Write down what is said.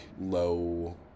low